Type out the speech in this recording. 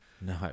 No